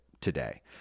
today